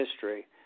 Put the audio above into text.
history